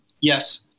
Yes